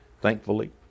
Thankfully